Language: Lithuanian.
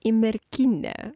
į merkinę